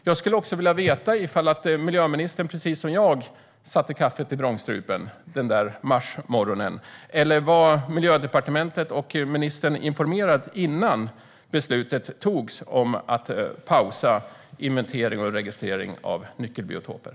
Jag skulle också vilja veta om miljöministern precis som jag satte kaffet i vrångstrupen den där marsmorgonen eller om Miljödepartementet och ministern var informerade innan beslutet togs om att pausa inventering och registrering av nyckelbiotoper.